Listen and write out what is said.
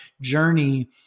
journey